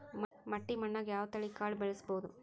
ಮಟ್ಟಿ ಮಣ್ಣಾಗ್, ಯಾವ ತಳಿ ಕಾಳ ಬೆಳ್ಸಬೋದು?